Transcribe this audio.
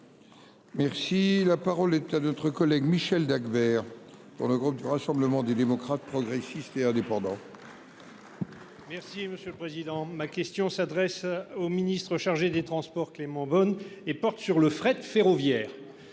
Merci la parole est à notre collègue Michel Dagbert pour le groupe du Rassemblement des démocrates, progressistes et indépendants. Merci monsieur le président, ma question s'adresse au ministre chargé des Transports Clément Beaune et porte sur le fret ferroviaire,